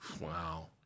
Wow